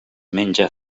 menja